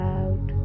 out